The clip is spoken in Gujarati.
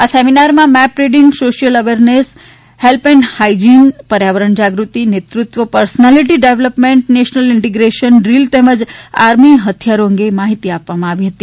આ સેમીનારમાં map reading social awareness help and ડ્રાઈજીન પર્યાવરણ જાગૃતિ નેતૃત્વ personality development national integration drill તેમજ આર્મી હથિયારો અંગે માહિતી આપવામાં આવી હતી